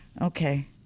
Okay